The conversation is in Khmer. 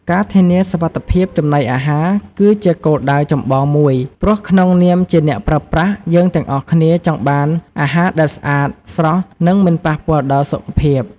ការធានាសុវត្ថិភាពចំណីអាហារ គឺជាគោលដៅចម្បងមួយ ព្រោះក្នុងនាមជាអ្នកប្រើប្រាស់ យើងទាំងអស់គ្នាចង់បានអាហារដែលស្អាត ស្រស់ និងមិនប៉ះពាល់ដល់សុខភាព។